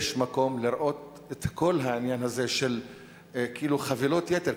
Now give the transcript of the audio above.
יש מקום לראות את כל העניין הזה של כאילו חבילות יתר,